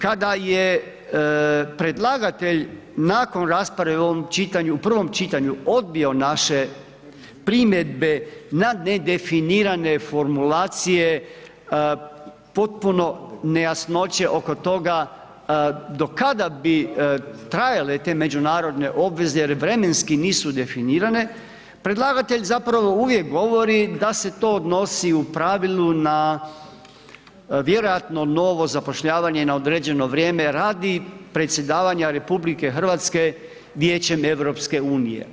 Kada je predlagatelj nakon rasprave u prvom čitanju odbio naše primjedbe na nedefinirane formulacije, potpuno nejasnoće oko toga do kada bi trajale te međunarodne obveze jer vremenski nisu definirane, predlagatelj zapravo uvijek govori da se to odnosi u pravilu na vjerojatno novo zapošljavanje na određeno vrijeme radi predsjedavanja RH Vijećem EU.